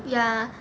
ya